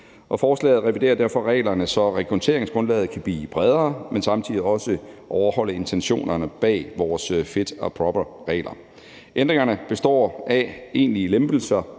Forslaget reviderer derfor reglerne for rekrutteringsgrundlaget, så det bliver bredere, men samtidig også overholder intentioner bag vores fit and proper-regler. Ændringerne består af egentlige lempelser